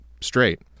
straight